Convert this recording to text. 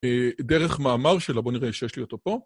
דרך מאמר שלו, בואו נראה שיש לי אותו פה.